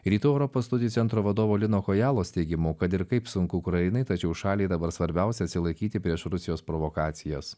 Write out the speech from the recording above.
rytų europos studijų centro vadovo lino kojalos teigimu kad ir kaip sunku ukrainai tačiau šaliai dabar svarbiausia atsilaikyti prieš rusijos provokacijas